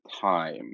time